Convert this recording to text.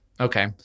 Okay